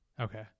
Okay